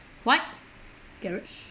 what garretts